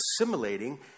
assimilating